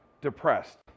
depressed